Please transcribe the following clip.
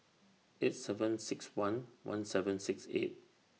eight seven six one one seven six eight